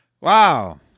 wow